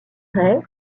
raie